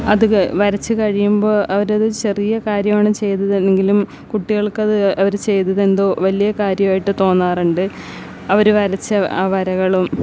അത് ക വരച്ച് കഴിയുമ്പോൾ അവരത് ചെറിയ കാര്യമാണ് ചെയ്തത് എങ്കിലും കുട്ടികൾക്കത് അവർ ചെയ്തതെന്തോ വലിയ കാര്യമായിട്ട് തോന്നാറുണ്ട് അവർ വരച്ച ആ വരകളും